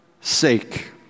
sake